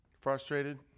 Frustrated